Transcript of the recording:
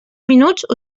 minuts